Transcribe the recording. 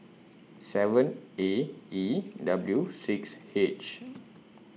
seven A E W six H